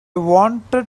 wanted